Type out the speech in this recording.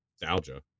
nostalgia